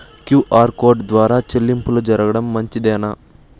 QR code ద్వారా చెల్లింపులు జరపడం మంచిదేనా?